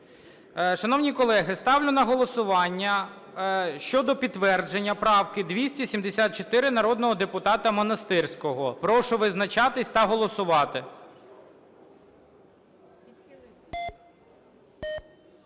Шановні колеги, ставлю на голосування щодо підтвердження правки 274 народного депутата Монастирського. Прошу визначатись та голосувати.